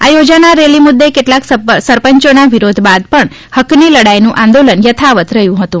આ યોજાનાર રેલી મુદ્દે કેટલાક સરપંચો ના વિરોધ બાદ પણ આ હક્કની લડાઈ નું આંદોલન યથાવત જ રહયું હતું